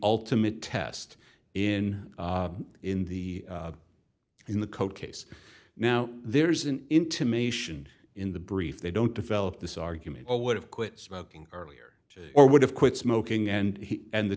ultimate test in in the in the cold case now there's an intimation in the brief they don't develop this argument i would have quit smoking earlier or would have quit smoking and he and the